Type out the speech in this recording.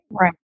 Right